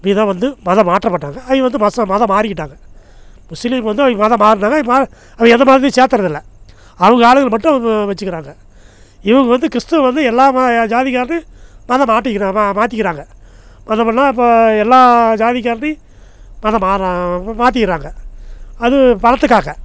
இப்படி தான் வந்து மதம் மாற்றப்பட்டாங்க அவங்க வந்து மசம் மதம் மாறிக்கிட்டாங்க முஸ்லீம் வந்து அவங்க மதம் மாறுனாங்க இப்போ அவங்க எந்த மதத்தையும் சேத்துகிறது இல்லை அவங்க ஆளுகளை மட்டும் அவங்க வச்சிக்குறாங்க இவங்க வந்து கிறிஸ்தவன் வந்து எல்லாம் ம ஜாதிக்காரனையும் மாதம் மாட்டிக்குறான் மாத்திக்கிறாங்க பார்த்தோம்னா இப்போது எல்லா ஜாதிக்காரனையும் மதம் மாற இப்போ மாத்திடுறாங்க அது பணத்துக்காக